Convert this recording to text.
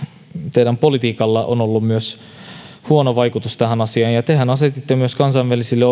teidän politiikallanne on ollut huono vaikutus myös tähän asiaan ja tehän asetitte myös kansainvälisille